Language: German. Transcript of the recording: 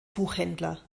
buchhändler